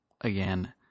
again